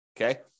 okay